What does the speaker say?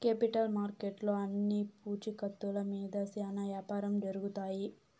capital మార్కెట్లో అన్ని పూచీకత్తుల మీద శ్యానా యాపారం జరుగుతాయి